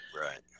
Right